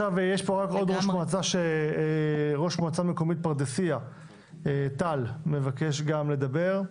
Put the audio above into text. יש פה ראש מועצה מקומית פרדסיה, טל, שמבקש לדבר.